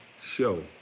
show